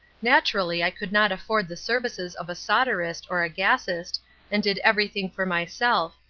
naturally i could not afford the services of a solderist or a gassist and did everything for myself,